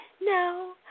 no